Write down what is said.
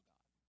God